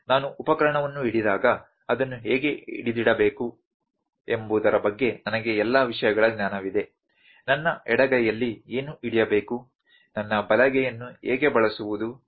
ನಾನು ಉಪಕರಣವನ್ನು ಹಿಡಿದಾಗ ಅದನ್ನು ಹೇಗೆ ಹಿಡಿದಿಡಬೇಕು ಎಂಬುದರ ಬಗ್ಗೆ ನನಗೆ ಎಲ್ಲ ವಿಷಯಗಳ ಜ್ಞಾನವಿದೆ ನನ್ನ ಎಡಗೈಯಲ್ಲಿ ಏನು ಹಿಡಿಯಬೇಕು ನನ್ನ ಬಲಗೈಯನ್ನು ಹೇಗೆ ಬಳಸುವುದು